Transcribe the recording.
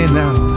now